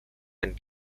and